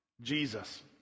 Jesus